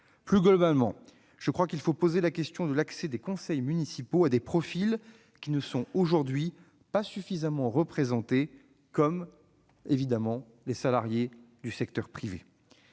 Plus globalement, je crois qu'il faut poser la question de l'accès des conseils municipaux à des profils qui ne sont aujourd'hui pas suffisamment représentés, comme les salariés du secteur privé.